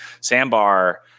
Sandbar